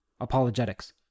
apologetics